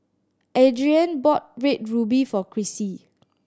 Adrianne bought Red Ruby for Chrissy